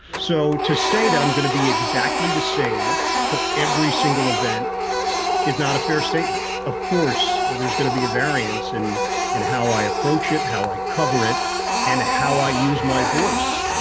so to say that i'm gonna be exactly the same for every single event is not a fair statement. of course, there's gonna be a variance and and how i approach it, how i cover it and how i use my voice.